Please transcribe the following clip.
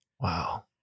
Wow